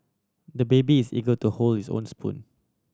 the baby is eager to hold his own spoon